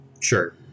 Sure